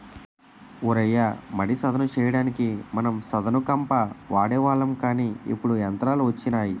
ఓ రయ్య మడి సదును చెయ్యడానికి మనం సదును కంప వాడేవాళ్ళం కానీ ఇప్పుడు యంత్రాలు వచ్చినాయి